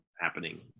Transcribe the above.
happening